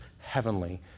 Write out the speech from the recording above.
heavenly